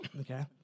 okay